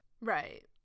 right